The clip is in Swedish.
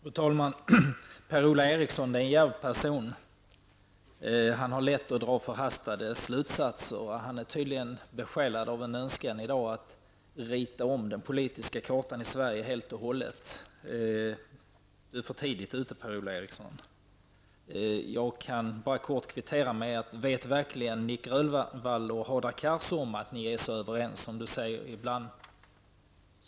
Fru talman! Per-Ola Eriksson är en djärv person, men han har lätt för att dra förhastade slutsatser. Han är tydligen i dag besjälad av en önskan att helt och hållet rita om den politiska kartan i Sverige, men Per-Ola Eriksson är för tidigt ute. Jag kan bara kort kvittera med att säga: Vet verkligen Nic Grönvall och Hadar Cars om, Per-Ola Eriksson, att ni är så överens?